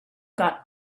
got